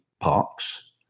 parks